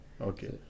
okay